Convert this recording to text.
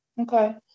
Okay